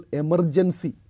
emergency